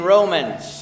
Romans